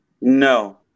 No